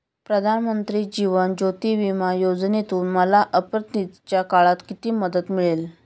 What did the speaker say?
प्रधानमंत्री जीवन ज्योती विमा योजनेतून मला आपत्तीच्या काळात किती मदत मिळेल?